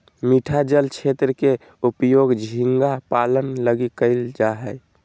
मीठा जल क्षेत्र के उपयोग झींगा पालन लगी कइल जा हइ